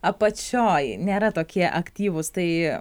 apačioj nėra tokie aktyvūs tai